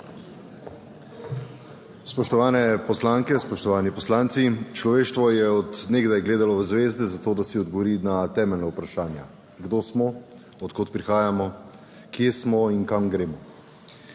Spoštovane poslanke, spoštovani poslanci! Človeštvo je od nekdaj gledalo v zvezde zato, da si je odgovorilo na temeljna vprašanja, kdo smo, od kod prihajamo, kje smo in kam gremo.